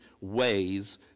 ways